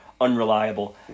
unreliable